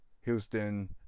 Houston